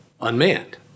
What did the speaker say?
unmanned